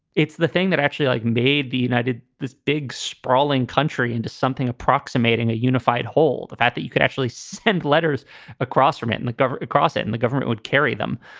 it's the thing that actually like made the united this big, sprawling country into something approximating a unified whole. the fact that you could actually send letters across from it in the across it and the government would carry them.